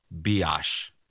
biash